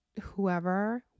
whoever